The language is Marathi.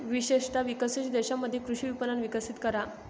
विशेषत विकसनशील देशांमध्ये कृषी विपणन विकसित करा